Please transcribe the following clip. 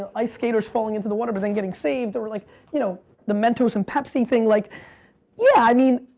ah ice skaters falling into the water but then getting saved, or like you know the mentos and pepsi thing, like yeah, i mean,